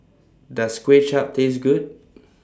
Does Kuay Chap Taste Good